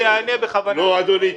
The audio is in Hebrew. רק אני אענה --- לא אדוני.